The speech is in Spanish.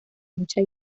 mucha